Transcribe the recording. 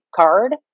card